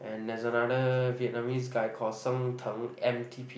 and there's another Vietnamese guy called M_T_P